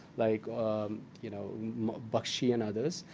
like um you know bakshi and others,